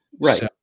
right